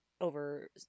over